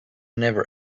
never